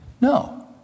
No